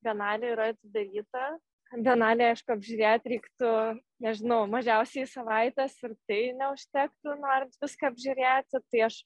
bienalė yra atidaryta bienalei aišku apžiūrėt reiktų nežinau mažiausiai savaitės ir tai neužtektų norint viską apžiūrėti tai aš